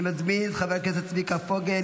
אני מזמין את חבר הכנסת צביקה פוגל,